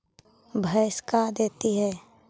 भैंस का देती है?